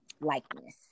likeness